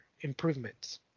improvements